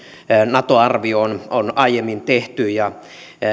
nato arvio on on aiemmin tehty kun